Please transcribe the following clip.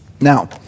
Now